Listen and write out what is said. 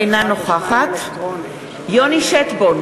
אינה נוכחת יוני שטבון,